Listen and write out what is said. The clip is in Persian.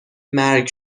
مرگ